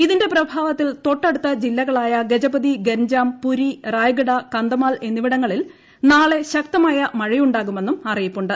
ഇതിന്റെ പ്രഭാവത്തിൽ തൊട്ടടുത്ത ജില്ലകളായ ഗജപതി ഗൻജാം പുരി റായ്ഗഡാ കന്തമാൽ എന്നിവിടങ്ങളിൽ നാളെ ശക്തമായ മഴയുണ്ടാകുമെന്നും അറിയിപ്പുണ്ട്